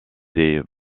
des